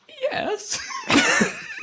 Yes